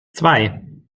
zwei